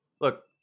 look